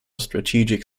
strategic